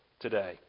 today